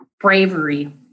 bravery